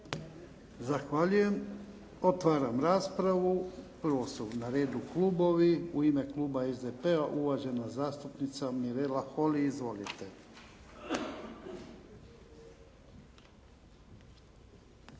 Zahvaljujem. Otvaram raspravu. Prvo su na redu klubovi. U ime Kluba SDP-a, uvažena zastupnica Mirela Holy, izvolite.